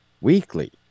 weekly